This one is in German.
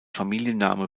familienname